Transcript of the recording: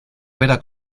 vera